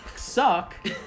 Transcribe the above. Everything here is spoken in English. Suck